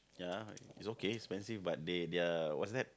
ya it's okay expensive but they their whats that